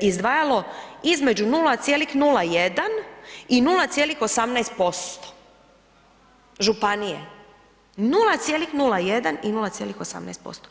izdvajalo između 0,01 i 0,18% županije, 0,01 i 0,18%